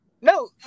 No